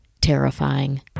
terrifying